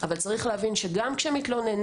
אבל צריך להבין שגם כשמתלוננים,